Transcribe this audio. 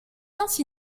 ainsi